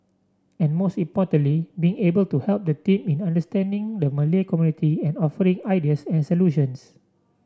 and most importantly being able to help the team in understanding the Malay community and offering ideas and solutions